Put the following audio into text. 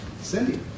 Cindy